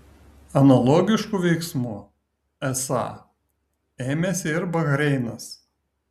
analogiškų veiksmų esą ėmėsi ir bahreinas